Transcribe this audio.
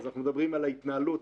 אנחנו מדברים על ההתנהלות,